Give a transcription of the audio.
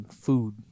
food